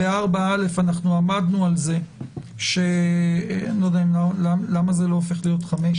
ב-4א עמדנו על כך לא יודע למה זה לא הופך להיות 5,